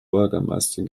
bürgermeister